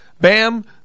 bam